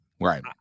Right